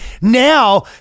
Now